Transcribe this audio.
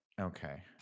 okay